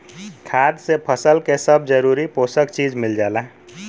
खाद से फसल के सब जरूरी पोषक चीज मिल जाला